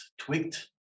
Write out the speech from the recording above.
tweaked